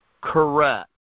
Correct